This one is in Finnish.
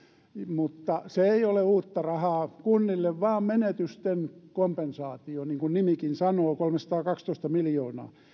mutta se ei ole uutta rahaa kunnille vaan menetysten kompensaatio niin kuin nimikin sanoo kolmesataakaksitoista miljoonaa